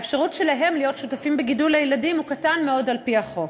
האפשרות שלהם להיות שותפים בגידול הילדים היא קטנה מאוד על-פי החוק.